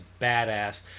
badass